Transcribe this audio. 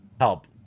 help